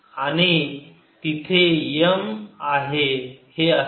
आता तिथे M आहे हे असे